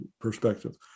perspective